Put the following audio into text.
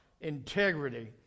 integrity